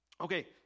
Okay